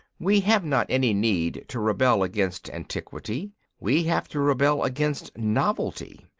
we have not any need to rebel against antiquity we have to rebel against novelty.